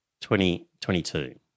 2022